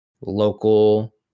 local